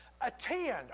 Attend